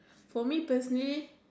for me personally